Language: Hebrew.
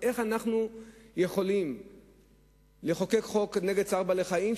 איך אנחנו יכולים לחוקק חוק נגד צער בעלי-חיים,